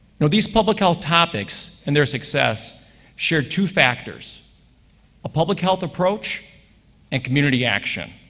you know these public health topics and their success share two factors a public health approach and community action.